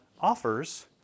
offers